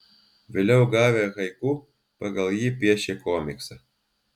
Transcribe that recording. vėliau gavę haiku pagal jį piešė komiksą